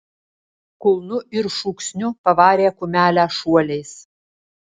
kulnu ir šūksniu pavarė kumelę šuoliais